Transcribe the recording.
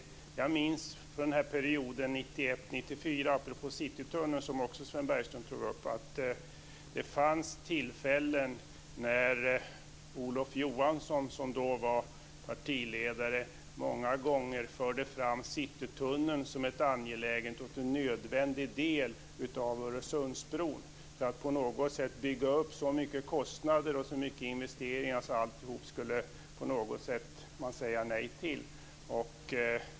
Apropå Citytunneln, som också Sven Bergström tog upp, så minns jag att det under perioden 1991 1994 fanns tillfällen när Olof Johansson, som då var partiledare, många gånger förde fram Citytunneln som en angelägen och nödvändig del av Öresundsbron för att på något sätt bygga upp så mycket kostnader och så stora investeringar att man skulle säga nej till alltihop.